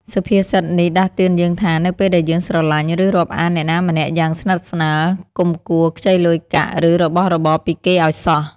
សុភាសិតនេះដាស់តឿនយើងថា នៅពេលដែលយើងស្រឡាញ់ ឬរាប់អានអ្នកណាម្នាក់យ៉ាងស្និទ្ធស្នាល កុំគួរខ្ចីលុយកាក់ ឬរបស់របរពីគេឲ្យសោះ។